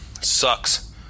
Sucks